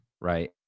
right